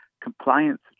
compliance